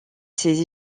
ses